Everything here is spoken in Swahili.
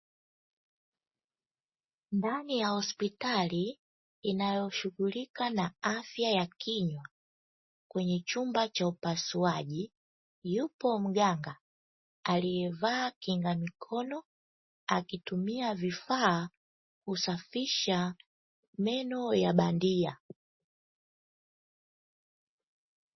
Ndani ya hospitali inayoshughulika na afya ya kinywa, kwenye chumba cha upasuaji, yupo mganga aliyevaa kinga mikono akitumia vifaa kusafisha meno ya bandia.